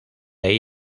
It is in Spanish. ahí